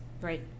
Right